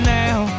now